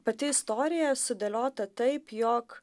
pati istorija sudėliota taip jog